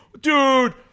dude